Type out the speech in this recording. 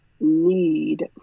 need